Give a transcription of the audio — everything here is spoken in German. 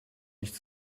nicht